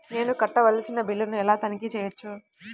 నేను కట్టవలసిన బిల్లులను ఎలా తనిఖీ చెయ్యవచ్చు?